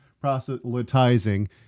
proselytizing